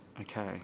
Okay